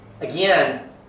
Again